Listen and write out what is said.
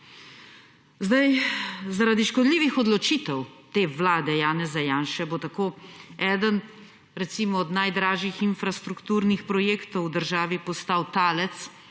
Zaradi škodljivih odločitev te Vlade Janeza Janše bo tako eden, recimo, od najdražjih infrastrukturnih projektov v državi postal talec